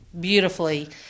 beautifully